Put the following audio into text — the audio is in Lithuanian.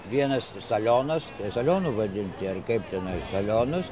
vienas salionas salionu vadinti ar kaip tenai salionus